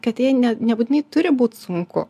kad jai ne nebūtinai turi būt sunku